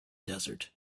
desert